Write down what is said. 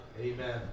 Amen